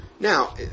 Now